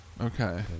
Okay